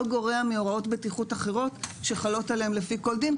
גורעת מהוראות בטיחות אחרות שחלות עליהם לפי כל דין,